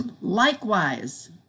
Likewise